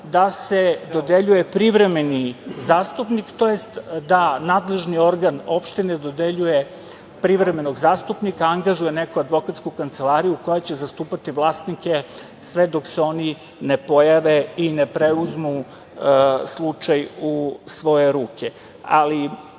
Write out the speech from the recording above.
da sa dodeljuje privremeni zastupnik, tj. da nadležni organ opštine dodeljuje privremenog zastupnika, angažuje neku advokatsku kancelariju koja će zastupati vlasnike sve dok se oni ne pojave i ne preuzmu slučaj u svoje ruke. Ali,